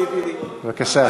בבקשה.